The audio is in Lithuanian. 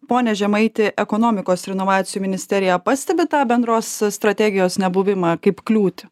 pone žemaiti ekonomikos ir inovacijų ministerija pastebi tą bendros strategijos nebuvimą kaip kliūtį